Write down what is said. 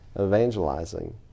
evangelizing